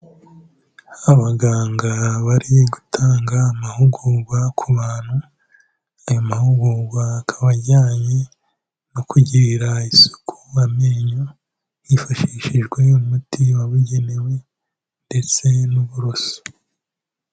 Abaganga bari gutanga amahugurwa ku bantu, ayo mahugurwa akaba ajyanye no kugirira isuku amenyo, hifashishijwe umuti wabugenewe ndetse n'uburoso.